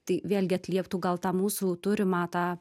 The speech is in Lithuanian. tai vėlgi atlieptų gal tą mūsų turimą tą